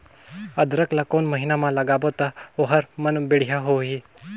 अदरक ला कोन महीना मा लगाबो ता ओहार मान बेडिया होही?